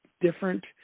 different